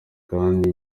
kandi